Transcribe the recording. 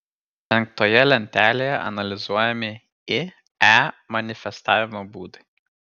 penktoje lentelėje analizuojami ie manifestavimo būdai